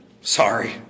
Sorry